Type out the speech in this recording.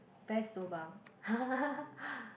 best lobang